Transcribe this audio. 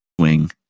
swing